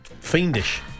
fiendish